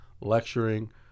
lecturing